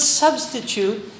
substitute